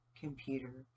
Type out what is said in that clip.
computer